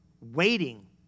Waiting